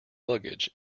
luggage